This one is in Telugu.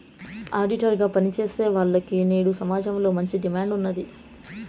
ఆడిటర్ గా పని చేసేవాల్లకి నేడు సమాజంలో మంచి డిమాండ్ ఉన్నాది